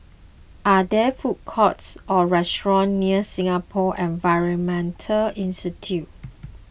are there food courts or restaurants near Singapore Environment Institute